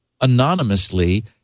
anonymously